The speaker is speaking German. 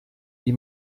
die